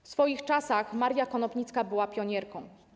W swoich czasach Maria Konopnicka była pionierką.